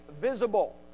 visible